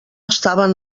estaven